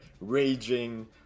raging